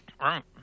Right